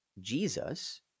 Jesus